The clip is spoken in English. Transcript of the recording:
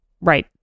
right